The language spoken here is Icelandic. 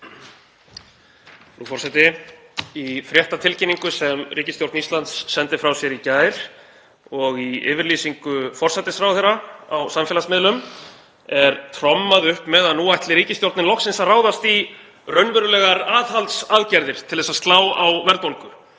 Frú forseti. Í fréttatilkynningu sem ríkisstjórn Íslands sendi frá sér í gær og í yfirlýsingu forsætisráðherra á samfélagsmiðlum er trommað upp með að nú ætli ríkisstjórnin loksins að ráðast í raunverulegar aðhaldsaðgerðir til að slá á verðbólgu.